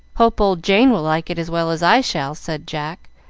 hope old jane will like it as well as i shall, said jack,